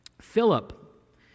Philip